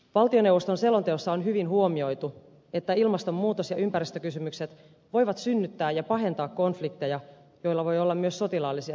valtioneuvoston selonteossa on hyvin huomioitu että ilmastonmuutos ja ympäristökysymykset voivat synnyttää ja pahentaa konflikteja joilla voi olla myös sotilaallisia seurauksia